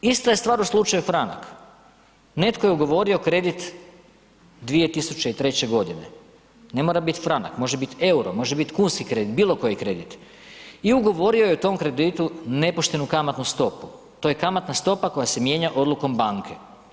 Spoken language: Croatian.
Ista je stvar u slučaju Franak, neto je ugovorio kredit 2003. g., ne mora bit franak, može bit euro, može bit kunski kredit, bilokoji kredit i ugovorio je u tom kreditu nepoštenu kamatnu stopu, to je kamatna stopa koja se mijenja odlukom banke.